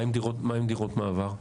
מה עם דירות מעבר?